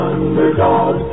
Underdog